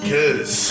Cause